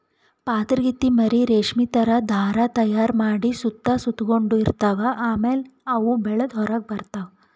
ಪಾತರಗಿತ್ತಿ ಮರಿ ರೇಶ್ಮಿ ಥರಾ ಧಾರಾ ತೈಯಾರ್ ಮಾಡಿ ಸುತ್ತ ಸುತಗೊಂಡ ಇರ್ತವ್ ಆಮ್ಯಾಲ ಅವು ಬೆಳದ್ ಹೊರಗ್ ಬರ್ತವ್